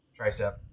tricep